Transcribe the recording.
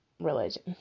religion